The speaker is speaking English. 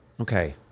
Okay